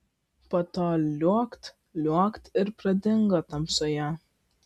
po to liuokt liuokt ir pradingo tamsoje